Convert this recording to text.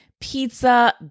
pizza